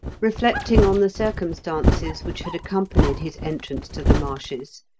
reflecting on the circumstances which had accompanied his entrance to the marshes,